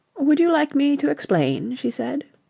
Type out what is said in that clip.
would you like me to explain? she said.